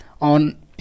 on